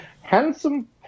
handsome